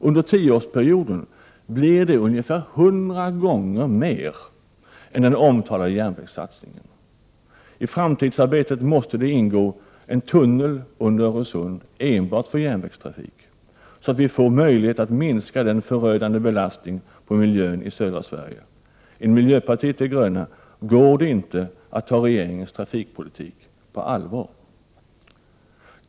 Under tioårsperioden blir det ungefär 100 gånger mer än den omtalade järnvägssatsningen. I framtidsarbetet måste ingå en tunnel under Öresund enbart för järnvägstrafik, så att vi får en möjlighet att minska den förödande belastningen på miljön i södra Sverige. Enligt miljöpartiet de gröna går det inte att ta regeringens trafikpolitik på allvar.